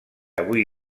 avui